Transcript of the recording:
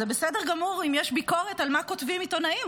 זה בסדר גמור אם יש ביקורת על מה שכותבים עיתונאים,